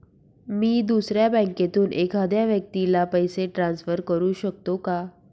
मी दुसऱ्या बँकेतून एखाद्या व्यक्ती ला पैसे ट्रान्सफर करु शकतो का?